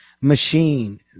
machine